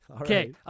Okay